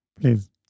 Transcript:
please